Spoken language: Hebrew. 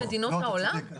אתה צודק.